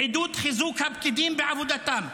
עידוד חיזוק הפקידים בעבודתם,